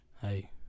Hey